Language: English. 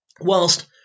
whilst